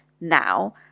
now